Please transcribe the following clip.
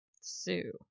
Sue